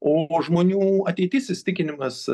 o žmonių ateitis įsitikinimas